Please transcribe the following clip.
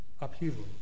upheaval